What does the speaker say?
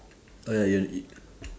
ah ya